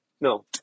No